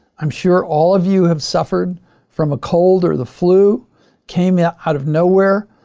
i'm sure all of you have suffered from a cold or the flu came yeah out of nowhere.